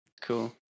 Cool